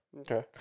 Okay